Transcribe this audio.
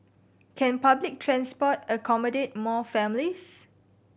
can public transport accommodate more families